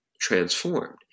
transformed